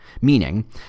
meaning